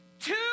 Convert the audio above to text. Two